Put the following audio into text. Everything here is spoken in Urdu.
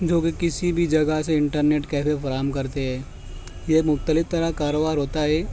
جو بھی کسی بھی جگہ سے انٹرنیٹ کیفے فراہم کرتی ہے یہ مختلف طرح کاروبار ہوتا ہے